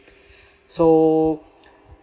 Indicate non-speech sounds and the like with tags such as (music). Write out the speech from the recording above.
(breath) so